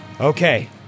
Okay